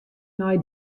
nei